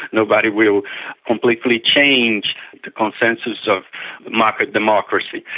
nobody will completely change the consensus of market democracy.